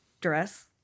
dress